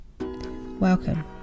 Welcome